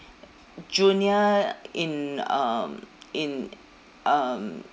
junior in um in um